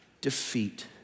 Defeat